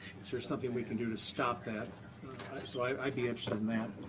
is there something we can do to stop that? so i'd i'd be interested in that.